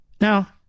Now